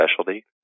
specialty